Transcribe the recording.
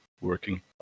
working